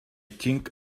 think